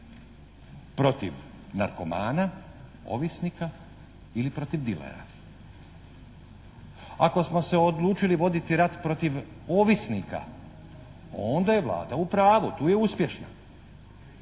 Protiv narkomana, ovisnika ili protiv dilera? Ako smo se odlučili voditi rat protiv ovisnika onda je Vlada u pravu, tu je uspješna.